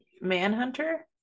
manhunter